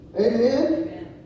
Amen